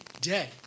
day